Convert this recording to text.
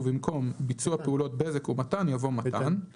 " ובמקום "ביצוע פעולות בזק ומתן" יבוא "מתן";